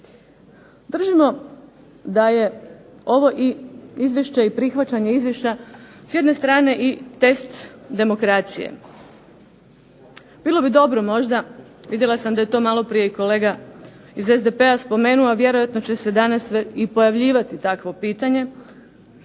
Držimo da je ovo Izvješće i prihvaćanje Izvješća s jedne strane i test demokracije. Bilo bi dobro možda, vidjela sam da je to malo prije i kolega iz SDP-a spomenuo a vjerojatno će se danas i pojavljivati takvo pitanje,